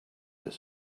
his